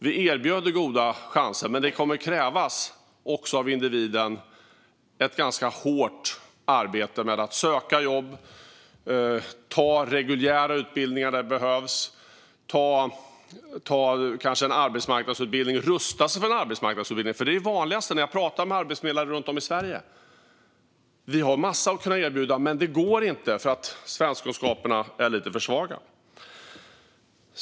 Vi erbjuder goda chanser, men det kommer också att krävas ett ganska hårt arbete av individen med att söka jobb, ta reguljära utbildningar där det behövs, kanske ta en arbetsmarknadsutbildning eller rusta sig för en arbetsmarknadsutbildning. Det är nämligen det vanligaste jag hör när jag pratar med arbetsförmedlare runt om i Sverige: Vi har massor som vi kan erbjuda, men det går inte eftersom svenskkunskaperna är lite för svaga.